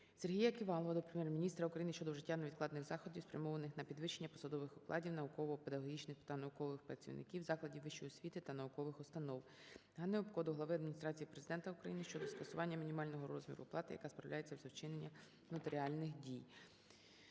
Сергія Ківалова до Прем'єр-міністра України щодо вжиття невідкладних заходів, спрямованих на підвищення посадових окладів науково-педагогічних та наукових працівників закладів вищої освіти та наукових установ. ГанниГопко до Глави Адміністрації Президента України щодо скасування мінімального розміру плати, яка справляється за вчинення нотаріальних дій.